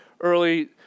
early